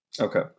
Okay